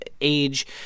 age